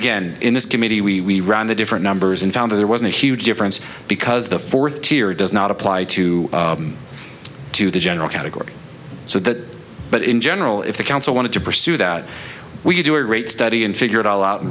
again in this committee we ran the different numbers and found that there wasn't a huge difference because the fourth tier does not apply to to the general category so that but in general if the council wanted to pursue that we could do a great study and figure it all out